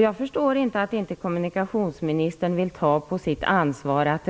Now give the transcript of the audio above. Jag förstår inte att kommunikationsministern inte vill ta på sitt ansvar att